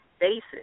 basis